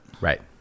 Right